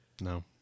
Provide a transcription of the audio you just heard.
No